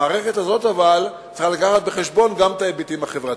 אבל המערכת הזאת צריכה להביא בחשבון גם את ההיבטים החברתיים.